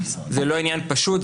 זה לא עניין פשוט,